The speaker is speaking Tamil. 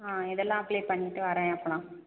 ஆ இதெலாம் அப்ளே பண்ணிவிட்டு வர்றேன் அப்போ நான்